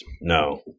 No